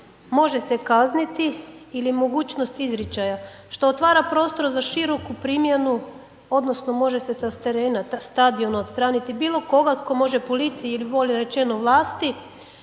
„može se kazniti“ ili „mogućnost izričaja“ što otvara prostor za široku primjenu odnosno može se sa terena stadiona odstraniti bilokoga tko može policiji ili bolje rečeno vlasti,